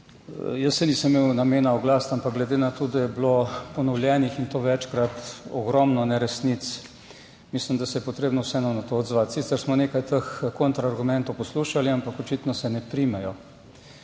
Jaz se nisem imel namena oglasiti, ampak glede na to, da je bilo ponovljenih, in to večkrat, ogromno neresnic. Mislim, da se je potrebno vseeno na to odzvati. Sicer smo nekaj teh kontra argumentov poslušali, ampak očitno se ne primejo.